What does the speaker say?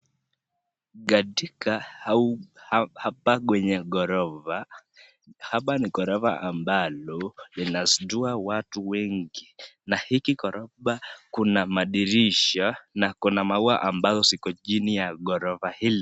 Katika hapa kwenye ghorofa, hapa ni ghorofa ambalo linastua watu wengi na hiki ghorofa kuna madirisha na kuna maua ambao ziko chini ya ghorofa hili.